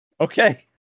okay